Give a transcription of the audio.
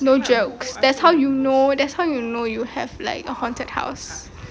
no jokes that's how you know that's how you know you have like a haunted house